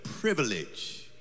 privilege